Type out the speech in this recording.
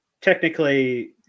technically